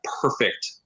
perfect